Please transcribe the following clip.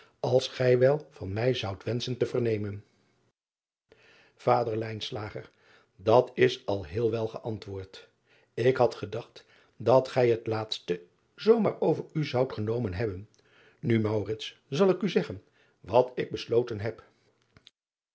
als gij wel van mij zoudt wenschen te vernemen ader at is al heel wel geantwoord k had gedacht dat gij het laatste zoo maar over u zoudt genomen hebben u zal ik u zeggen wat ik besloten heb